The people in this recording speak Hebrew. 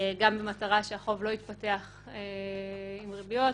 גם במטרה שהחוב לא יתפתח עם ריביות,